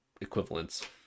equivalents